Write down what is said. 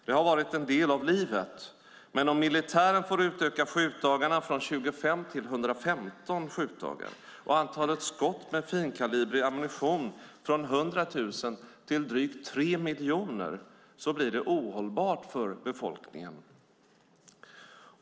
Det har varit en del av livet, men om militären får utöka skjutdagarna från 25 till 115 skjutdagar och antalet skott med finkalibrig ammunition från 100 000 till drygt 3 miljoner så blir det ohållbart för befolkningen.